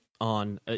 on